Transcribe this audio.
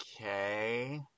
okay